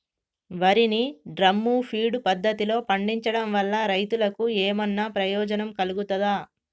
వరి ని drum feed పద్ధతిలో పండించడం వల్ల రైతులకు ఏమన్నా ప్రయోజనం కలుగుతదా?